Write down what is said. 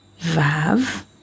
Vav